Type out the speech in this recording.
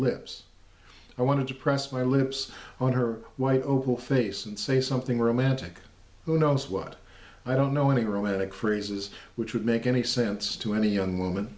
lips i wanted to press my lips on her white oval face and say something romantic who knows what i don't know any romantic phrases which would make any sense to any young woman